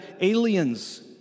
aliens